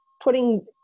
putting